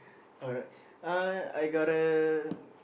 alright uh I got a